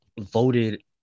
voted